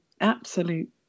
absolute